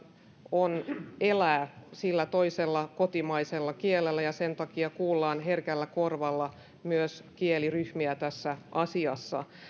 on elää sillä toisella kotimaisella kielellä ja sen takia kuullaan herkällä korvalla myös kieliryhmiä tässä asiassa